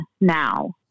Now